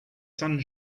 sun